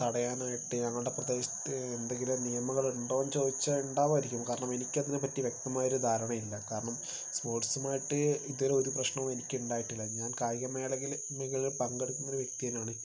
തടയാനായിട്ട് ഞങ്ങളുടെ പ്രദേശത്ത് എന്തെങ്കിലും നിയമങ്ങൾ ഉണ്ടോന്ന് ചോദിച്ചാൽ ഉണ്ടാകുവായിരിക്കും കാരണം എനിക്ക് അതിനെപ്പറ്റി വ്യക്തമായൊരു ധാരണയില്ല കാരണം സ്പോർട്സുമായിട്ട് ഇതുവരെ ഒരു പ്രശ്നവും എനിക്കുണ്ടായിട്ടില്ല ഞാൻ കായിക മേളയിൽ മികളി പങ്കെടുക്കുന്ന ഒരു വ്യക്തിതന്നെയാണ്